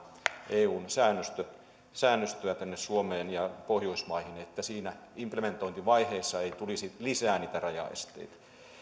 eun säännöstöä säännöstöä tänne suomeen ja pohjoismaihin että siinä implementointivaiheessa ei tulisi lisää niitä rajaesteitä